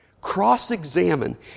Cross-examine